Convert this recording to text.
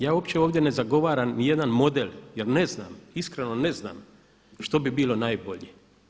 Ja opće ovdje ne zagovaram ni jedan model jer ne znam, iskreno ne znam što bi bilo najbolje.